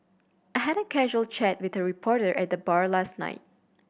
I had a casual chat with a reporter at the bar last night